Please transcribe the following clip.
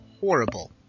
horrible